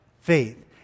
faith